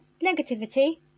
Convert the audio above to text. Negativity